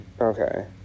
Okay